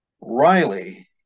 Riley